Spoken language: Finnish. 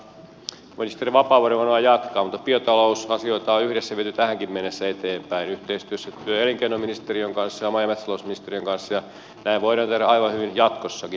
ministeri vapaavuori varmaan jatkaa mutta biotalousasioita on yhdessä viety tähänkin mennessä eteenpäin yhteistyössä työ ja elinkeinoministeriön kanssa ja maa ja metsätalousministeriön kanssa ja näin voidaan tehdä aivan hyvin jatkossakin